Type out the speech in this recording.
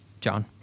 John